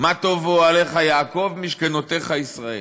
"מה טֹבו אהליך יעקב משכנֹתיך ישראל"